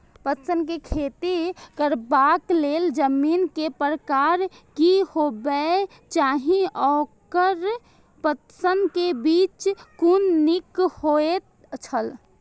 पटसन के खेती करबाक लेल जमीन के प्रकार की होबेय चाही आओर पटसन के बीज कुन निक होऐत छल?